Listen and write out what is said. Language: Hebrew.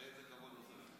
תראה איזה כבוד הוא עושה לך.